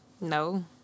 No